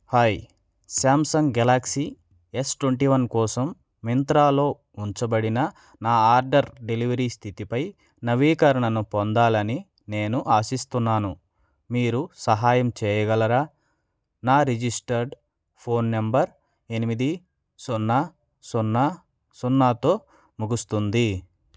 hi Samsung Galaxy S twenty one కోసం మింత్రాలో ఉంచబడిన నా ఆర్డర్ డెలివరీ స్థితిపై నవీకరణను పొందాలని నేను ఆశిస్తున్నాను మీరు సహాయం చెయ్యగలరా నా రిజిస్టర్డ్ ఫోన్ నెంబర్ ఎనిమిది సున్నా సున్నా సున్నాతో ముగుస్తుంది